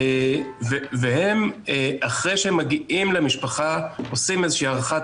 והם אחרי שמגיעים למשפחה עושים איזו שהיא הערכת